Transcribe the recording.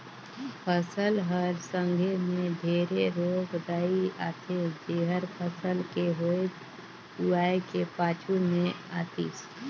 फसल हर संघे मे ढेरे रोग राई आथे जेहर फसल के होए हुवाए के पाछू मे आतिस